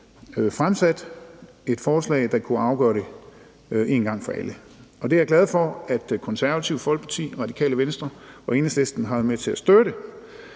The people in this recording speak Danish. fremsat et forslag, der kunne afgøre det en gang for alle. Det er jeg glad for, at Det Konservative Folkeparti, Radikale Venstre og Enhedslisten har været med til at støtte,